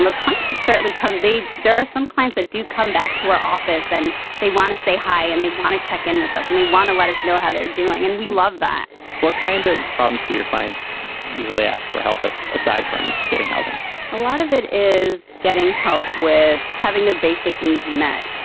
um can certainly come they there are some clients that do come back to our office and they want to say hi and they want to check in with us and they want to let us know how they're doing and we love that what kind of problems to your clients usually ask for help with aside from getting housing a lot of it is getting help with having their basic needs met.